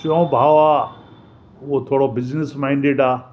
टियों भाउ आहे उहो थोरो बिज़निस माइंडिड आहे